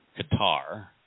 Qatar